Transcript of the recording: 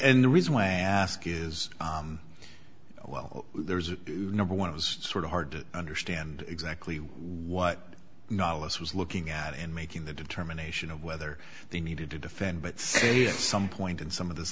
and the reason why i ask is well there's a number one it was sort of hard to understand exactly what novelist's was looking at in making the determination of whether they needed to defend but some point in some of this